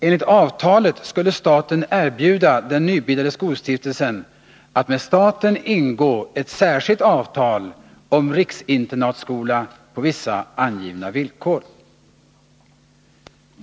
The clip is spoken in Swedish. Enligt avtalet skulle staten erbjuda den nybildade skolstiftelsen att med staten ingå ett särskilt avtal om riksinternatskolan på vissa angivna villkor.